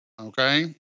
okay